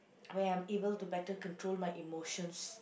where I'm able to better control my emotions